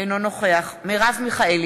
אינו נוכח מרב מיכאלי,